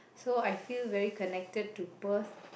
so I feel very connected to Perth